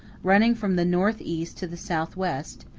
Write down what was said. running from the northeast to the southwest,